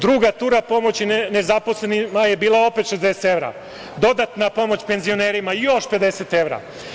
Druga tura pomoći nezaposlenima je bila opet 60 evra, dodatna pomoć penzionerima još 50 evra.